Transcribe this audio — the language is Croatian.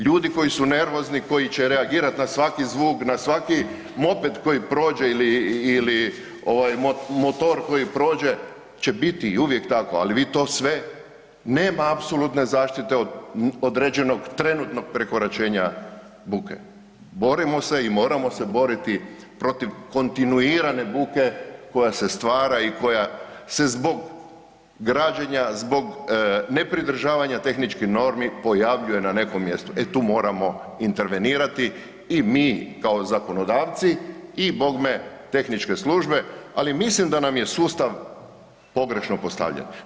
Ljudi koji su nervozni, koji će reagirat na svaki zvuk, na svaki moped koji prođe ili, ili ovaj motor koji prođe će biti i uvijek tako, al vi to sve, nema apsolutne zaštite od određenog trenutnog prekoračenja buke, borimo se i moramo se boriti protiv kontinuirane buke koja se stvara i koja se zbog građenja, zbog nepridržavanja tehničkih normi pojavljuje na nekom mjestu, e tu moramo intervenirati i mi kao zakonodavci i bogme tehničke službe, ali mislim da nam je sustav pogrešno postavljen.